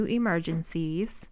emergencies